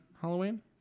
Halloween